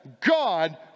God